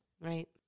Right